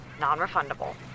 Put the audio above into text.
non-refundable